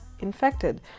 infected